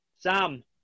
Sam